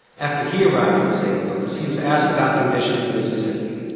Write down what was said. after he arrived in st. louis, he was asked about conditions in mississippi.